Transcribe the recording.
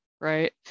right